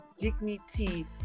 dignity